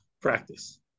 practice